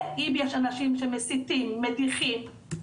ואם יש אנשים שמסיתים, מדיחים,